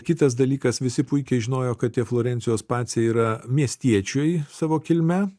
kitas dalykas visi puikiai žinojo kad tie florencijos paciai yra miestiečiai savo kilme